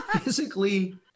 physically